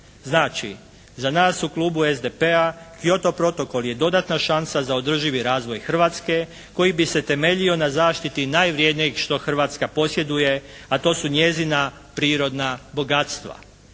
Znači, za nas u Klubu SDP-a Kyoto protokol je dodatna šansa za održivi razvoj Hrvatske koji bi se temeljio na zaštiti najvrednijeg što Hrvatska posjeduje a to su njezina prirodna bogatstva.